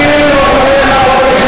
אדוני היושב-ראש, אני רוצה לבוא ולהגיד,